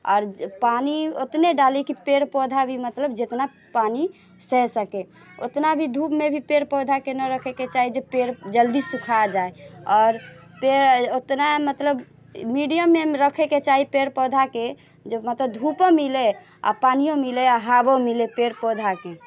आओर पानि उतने डाली कि पेड़ पौधा भी मतलब जितना पानि सहि सकय उतना भी धूपमे भी पेड़ पौधाकेँ नहि रखयके चाही जे पेड़ पौधा जल्दी सुखा जाय आओर पेड़ उतना मतलब मीडियममे रखैके चाही पेड़ पौधाके जे मतलब धूपो मिलै आ पानिओ मिलय आ हवो मिलय पेड़ पौधाकेँ